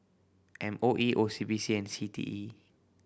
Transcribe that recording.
M O E O C B C and C T E